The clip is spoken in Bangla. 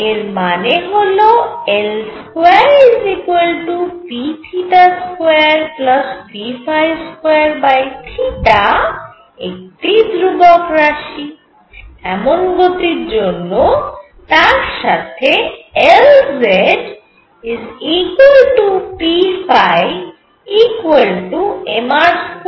এর মানে হল L2p2p2 একটি ধ্রুবক রাশি এমন গতির জন্য তার সাথে Lzpmr2 ও ধ্রুবক